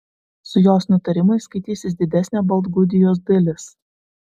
su jos nutarimais skaitysis didesnė baltgudijos dalis